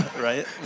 right